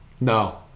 No